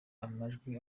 amajwi